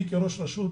אני, כראש רשות,